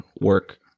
work